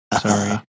sorry